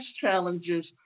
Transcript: challenges